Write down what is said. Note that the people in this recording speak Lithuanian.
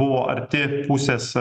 buvo arti pusės